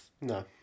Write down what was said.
No